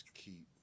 keep